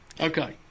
Okay